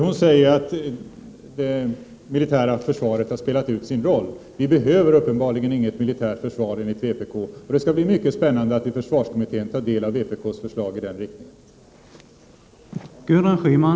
Hon säger ju att det militära försvaret har spelat ut sin roll. Enligt vpk behöver vi uppenbarligen inte något militärt försvar. Det skall bli mycket spännande att i försvarskommittén ta del av vpk:s förslag i den riktningen.